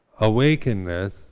awakenness